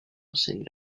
anciennes